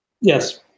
Yes